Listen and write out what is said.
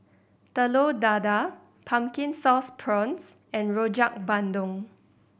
Telur Dadah Pumpkin Sauce Prawns and Rojak Bandung